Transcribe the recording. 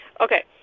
Okay